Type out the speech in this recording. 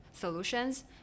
solutions